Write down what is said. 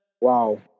wow